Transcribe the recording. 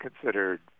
considered